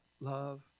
love